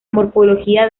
morfología